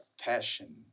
passion